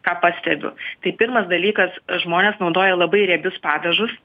ką pastebiu tai pirmas dalykas žmonės naudoja labai riebius padažus